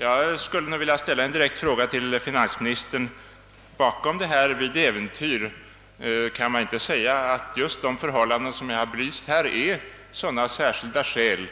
Jag vill ställa en direkt fråga till finansministern: Kan man inte säga att bakom just de förhållanden som jag påtalat finns sådana skäl